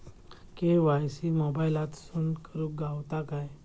KYC मोबाईलातसून करुक गावता काय?